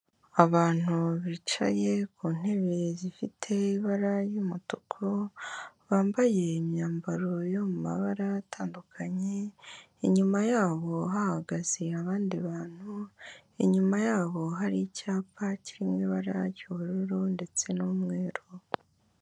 Abantu bicaye ku ntebe zifite ibara ry'umutuku, bambaye imyambaro yo mu mabara atandukanye, inyuma yabo hahagaze abandi bantu, inyuma yabo hari icyapa kiri mu ibara ry'ubururu ndetse n'umweru.